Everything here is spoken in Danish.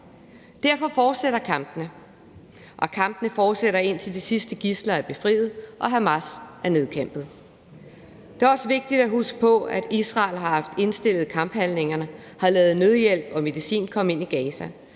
Derfor fortsætter kampene, og de fortsætter, indtil de sidste gidsler er befriet og Hamas nedkæmpet. Det er også vigtigt at huske på, at Israel har haft indstillet kamphandlingerne og har ladet nødhjælp og medicin komme ind i Gaza,